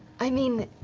i mean,